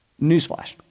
newsflash